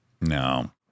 No